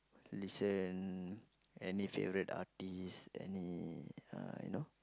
listen any favourite artist any you know